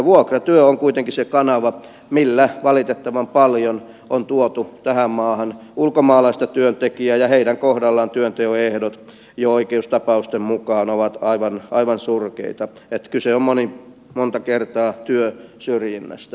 vuokratyö on kuitenkin se kanava millä valitettavan paljon on tuotu tähän maahan ulkomaalaisia työntekijöitä ja heidän kohdallaan työnteon ehdot jo oikeustapausten mukaan ovat aivan surkeita kyse on monta kertaa työsyrjinnästä